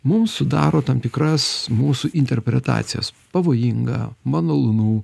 mum sudaro tam tikras mūsų interpretacijas pavojinga manalonu